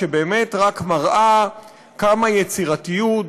שבאמת רק מראה כמה יצירתיות,